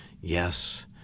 yes